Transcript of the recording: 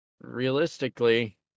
realistically